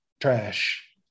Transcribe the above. trash